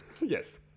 yes